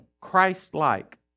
Christ-like